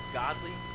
godly